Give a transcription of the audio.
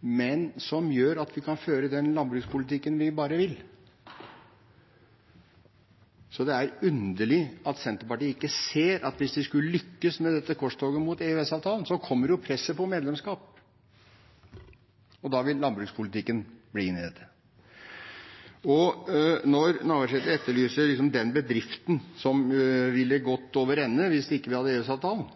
men som gjør at vi kan føre den landbrukspolitikken vi vil. Det er underlig at Senterpartiet ikke ser at hvis de skulle lykkes med dette korstoget mot EØS-avtalen, så kommer presset på medlemskap, og da vil landbrukspolitikken bli med inn i dette. Når representanten Navarsete etterlyser den bedriften som ville gått over ende hvis vi ikke hadde hatt EØS-avtalen,